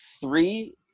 three